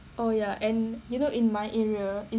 oh ya and you know in my area it's legit like the lamest [one]